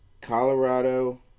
Colorado